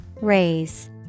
Raise